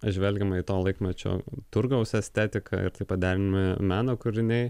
žvelgiama į to laikmečio turgaus estetiką ir taip pat derinami meno kūriniai